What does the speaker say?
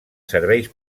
serveis